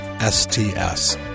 STS